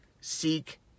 seek